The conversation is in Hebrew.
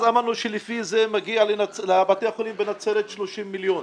אז אמרנו שלפי זה מגיע לבתי החולים בנצרת 30 מיליון.